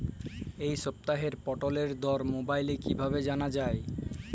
এই সপ্তাহের পটলের দর মোবাইলে কিভাবে জানা যায়?